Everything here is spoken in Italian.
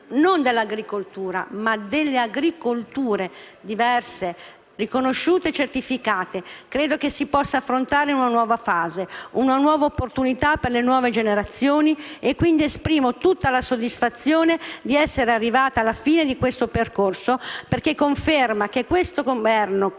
non dell'agricoltura, ma delle agricolture, diverse, riconosciute e certificate. Credo che si possa affrontare una nuova fase, che vi sia una nuova opportunità per le nuove generazioni e quindi esprimo tutta la soddisfazione di essere arrivata alla fine di questo percorso, perché conferma che questo Governo, come